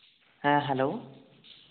ᱦᱮᱸ ᱦᱮᱞᱳ